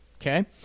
Okay